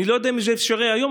אני לא יודע אם זה אפשרי היום,